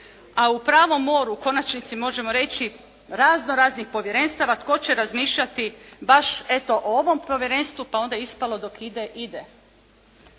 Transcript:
a u pravom moru u konačnici možemo reći razno raznih povjerenstava tko će razmišljati baš eto o ovom povjerenstvu pa onda je ispalo dok ide ide.